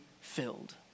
filled